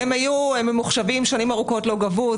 הם היו ממוחשבים שנים ארוכות לא גבו.